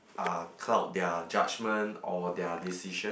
uh cloud their judgment or their decision